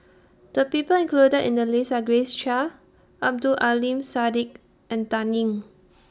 The People included in The list Are Grace Chia Abdul Aleem Siddique and Dan Ying